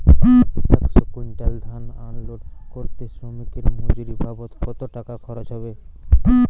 একশো কুইন্টাল ধান আনলোড করতে শ্রমিকের মজুরি বাবদ কত টাকা খরচ হয়?